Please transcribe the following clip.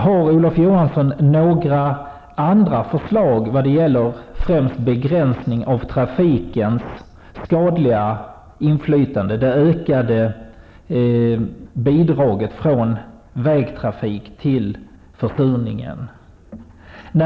Har Olof Johansson några andra förslag vad gäller främst begränsning av trafikens skadliga inflytande, av det ökade bidraget från vägtrafik till försurningen?